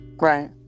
Right